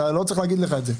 לא צריך להגיד לך את זה.